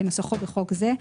כנוסחו בחוק זה,